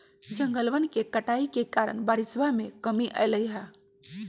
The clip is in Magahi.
जंगलवन के कटाई के कारण बारिशवा में कमी अयलय है